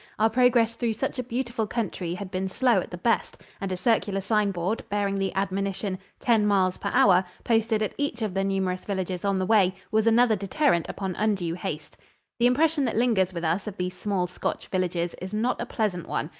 our progress through such a beautiful country had been slow at the best, and a circular sign-board, bearing the admonition, ten miles per hour, posted at each of the numerous villages on the way, was another deterrent upon undue haste the impression that lingers with us of these small scotch villages is not a pleasant one.